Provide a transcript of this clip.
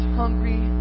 hungry